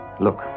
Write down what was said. Look